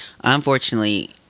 unfortunately